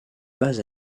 base